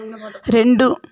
రెండు